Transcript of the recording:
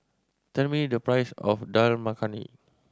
tell me the price of Dal Makhani